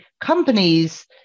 companies